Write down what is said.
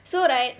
so right